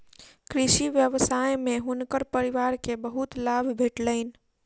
कृषि व्यवसाय में हुनकर परिवार के बहुत लाभ भेटलैन